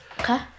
Okay